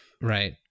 right